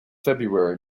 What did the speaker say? february